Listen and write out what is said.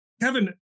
Kevin